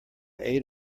aid